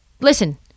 listen